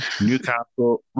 Newcastle